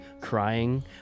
crying